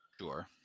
Sure